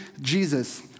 Jesus